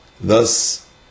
Thus